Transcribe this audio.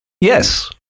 Yes